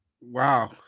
Wow